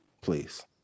please